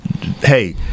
hey